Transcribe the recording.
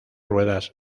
ruedas